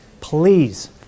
please